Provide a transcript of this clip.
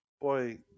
boy